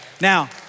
now